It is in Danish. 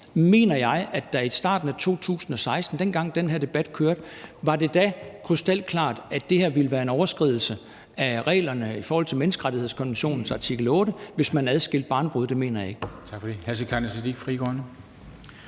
mener, at det i starten af 2016, dengang, den her debat kørte, da var krystalklart, at det ville være en overskridelse af reglerne i forhold til menneskerettighedskonventionens artikel 8, hvis man adskilte barnebrude, og det mener jeg ikke.